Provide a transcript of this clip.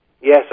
yes